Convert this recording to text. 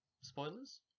Spoilers